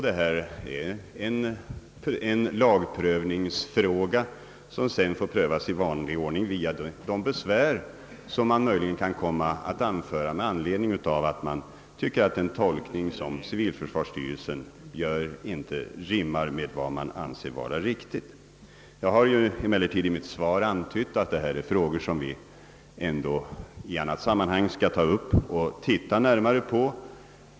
Detta är en lagprövningsfråga som får avgöras i vanlig ordning på grund av besvär som möjligen kan komma att anföras därest man tycker att civilförsvarsstyrelsens tolkning inte rimmar med vad man anser vara riktigt. Emellertid har jag ju i mitt svar antytt att vi i annat sammanhang får titta närmare på dessa frågor.